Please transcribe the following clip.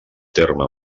terme